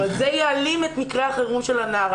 זאת אומרת, זה יעלים את מקרה החירום של הנערה.